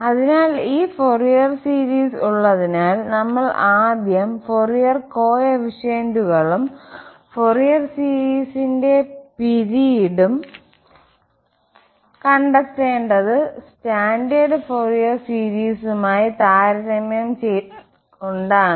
അതിനാൽ ഈ Fourier series ഉള്ളതിനാൽ നമ്മൾ ആദ്യം ഫൊറിയർ കോഫിഫിഷ്യന്റുകളും ഫോറിയർ സീരീസിന്റെ പിരീഡും കണ്ടെത്തേണ്ടത് സ്റ്റാൻഡേർഡ് ഫോറിയർ സീരീസുമായി താരതമ്യം ചെയ്തുകൊണ്ടാണ്